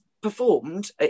performed